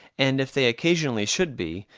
and if they occasionally should be,